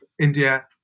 India